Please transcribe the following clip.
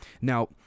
Now